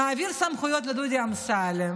נעביר סמכויות לדודי אמסלם.